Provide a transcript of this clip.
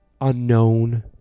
unknown